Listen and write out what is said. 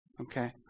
Okay